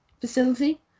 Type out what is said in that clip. facility